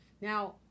now